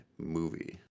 Movie